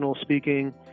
speaking